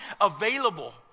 available